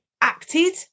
acted